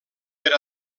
per